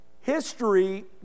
history